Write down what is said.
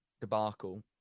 debacle